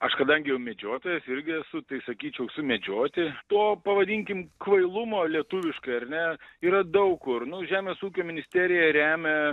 aš kadangi jau medžiotojas irgi esu tai sakyčiau sumedžioti to pavadinkim kvailumo lietuviškai ar ne yra daug kur nu žemės ūkio ministerija remia